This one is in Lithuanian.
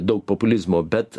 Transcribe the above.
daug populizmo bet